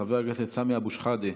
חבר הכנסת סמי אבו שחאדה,